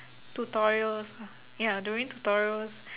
tutorials ya during tutorials